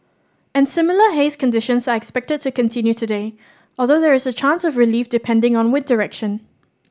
and similar haze conditions are expected to continue today although there is a chance of relief depending on wind direction